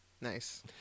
nice